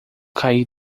caí